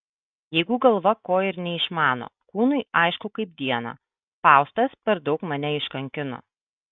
jeigu galva ko ir neišmano kūnui aišku kaip dieną faustas per daug mane iškankino